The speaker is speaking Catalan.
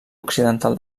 occidental